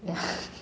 ya